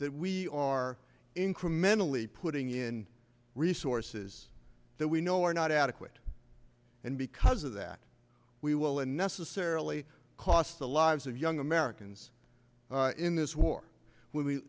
that we are incrementally putting in resources that we know are not adequate and because of that we will and necessarily cost the lives of young americans in this war will be